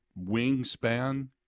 wingspan